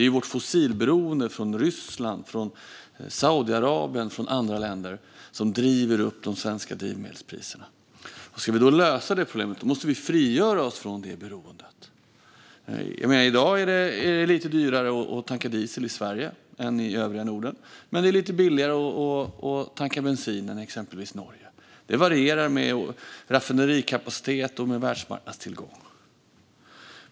Det är vårt fossilberoende av Ryssland, Saudiarabien och andra länder som driver upp de svenska drivmedelspriserna. Om vi då ska lösa detta problem måste vi frigöra oss från detta beroende. I dag är det lite dyrare att tanka diesel i Sverige än i övriga Norden. Men det är lite billigare att tanka bensin än i exempelvis Norge. Detta varierar med raffinaderikapacitet och med världsmarknadstillgång.